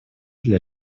для